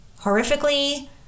horrifically